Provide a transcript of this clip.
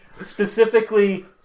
specifically